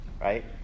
right